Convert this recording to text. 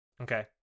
Okay